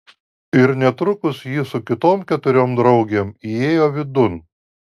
ir netrukus ji su kitom keturiom draugėm įėjo vidun